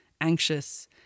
anxious